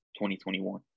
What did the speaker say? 2021